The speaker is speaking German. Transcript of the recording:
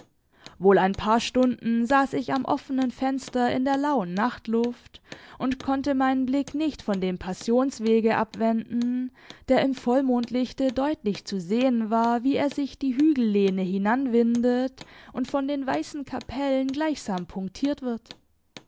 wohl ein paar stunden saß ich am offenen fenster in der lauen nachtluft und konnte meinen blick nicht von dem passionswege abwenden der im vollmondlichte deutlich zu sehen war wie er sich die hügellehne hinan windet und von den weißen kapellen gleichsam punktiert wird